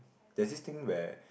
there's this thing where